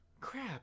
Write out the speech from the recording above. crap